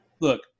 Look